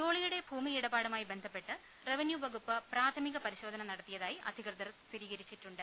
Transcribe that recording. ജോളിയുടെ ഭൂമിയിടപാടുമായി ബന്ധപ്പെട്ട് റവന്യൂവകുപ്പ് പ്രാഥമിക പരിശോധന നടത്തിയതായി അധികൃതർ സ്ഥിരീകരിച്ചിട്ടുണ്ട്